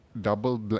double